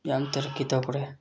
ꯌꯥꯝ ꯇꯧꯈ꯭ꯔꯦ